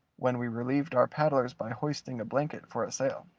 when we relieved our paddlers by hoisting a blanket for a sail.